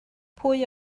pwy